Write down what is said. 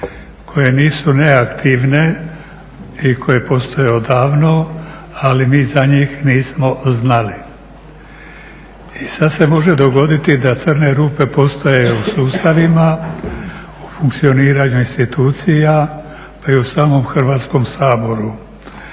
koje nisu neaktivne i koje postoje odavno, ali mi za njih nismo znali. I sad se može dogoditi da crne rupe postoje u sustavima, u funkcioniranju institucija i u samom Hrvatskom saboru